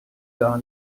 gar